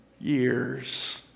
years